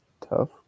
tough